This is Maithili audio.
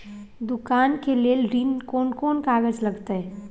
दुकान के लेल ऋण कोन कौन कागज लगतै?